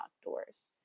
outdoors